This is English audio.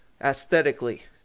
aesthetically